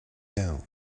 down